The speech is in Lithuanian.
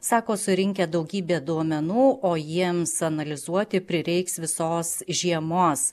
sako surinkę daugybę duomenų o jiems analizuoti prireiks visos žiemos